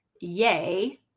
yay